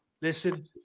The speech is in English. Listen